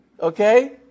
Okay